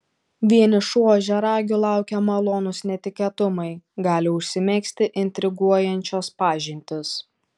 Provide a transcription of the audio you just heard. vienišų ožiaragių laukia malonūs netikėtumai gali užsimegzti intriguojančios pažintys